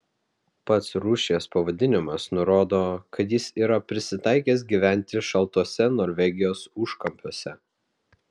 pats rūšies pavadinimas nurodo kad jis yra prisitaikęs gyventi šaltuose norvegijos užkampiuose